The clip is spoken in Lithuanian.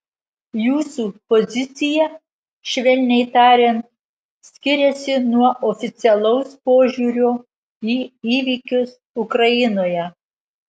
jūsų pozicija švelniai tariant skiriasi nuo oficialaus požiūrio į įvykius ukrainoje